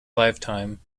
lifetime